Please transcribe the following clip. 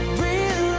real